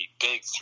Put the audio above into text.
big